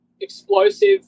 explosive